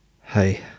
Hey